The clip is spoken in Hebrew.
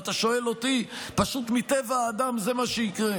אם אתה שואל אותי, פשוט מטבע האדם זה מה שיקרה.